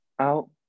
out